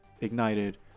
ignited